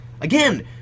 Again